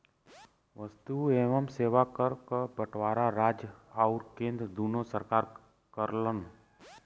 वस्तु एवं सेवा कर क बंटवारा राज्य आउर केंद्र दूने सरकार करलन